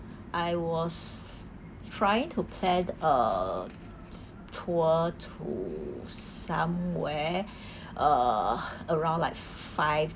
I was trying to plan a tour to somewhere uh around like five